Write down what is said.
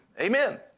Amen